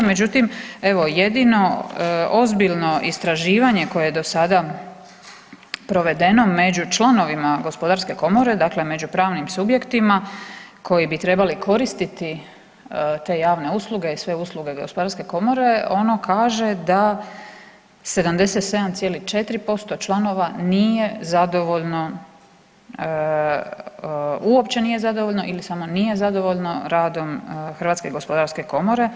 Međutim, evo jedino ozbiljno istraživanje koje je do sada provedeno među članovima gospodarske komore, dakle među pravnim subjektima koji bi trebali koristiti te javne usluge i sve usluge gospodarske komore ono kaže da 77,4% članova nije zadovoljno, uopće nije zadovoljno ili samo nije zadovoljno radom HGK.